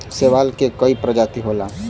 शैवाल के कई प्रजाति होला